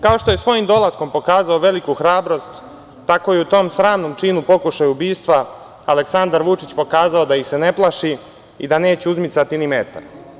Kao što je svojim dolaskom pokazao veliku hrabrost, tako je u tom sramnom činu pokušaja ubistava Aleksandar Vučić pokazao da ih se ne plaši i da neće izmicati ni metar.